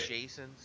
Jason's